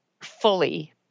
fully